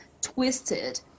twisted